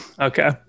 okay